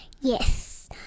Yes